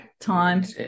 Time